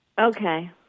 Okay